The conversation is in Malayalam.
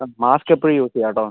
മാസ്ക് എപ്പോഴും യൂസ് ചെയ്യാം കേട്ടോ